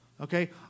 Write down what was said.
Okay